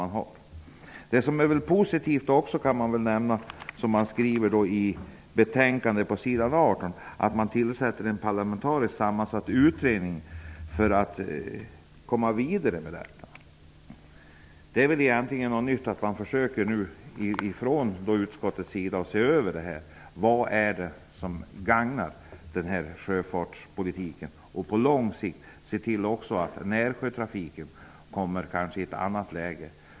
Något som också är positivt, som det skrivs om i betänkandet på s. 18, är att det tillsätts en parlamentariskt sammansatt utredning för att man skall komma vidare med detta. Det är något nytt att man från utskottets sida försöker se över vad som gagnar sjöfartspolitiken och att man på lång sikt kanske också ser till att närsjötrafiken kommer i ett annat läge.